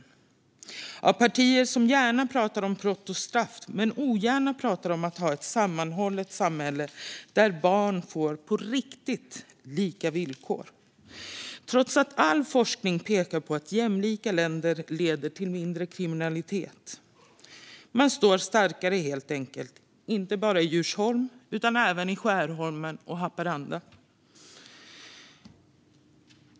Den är skapad av partier som gärna pratar om brott och straff men ogärna om ett sammanhållet samhälle där barn får villkor som är lika på riktigt, trots att all forskning pekar på att jämlika samhällen leder till mindre kriminalitet. Man står starkare, helt enkelt - inte bara i Djursholm utan även i Skärholmen och Haparanda.